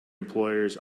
employers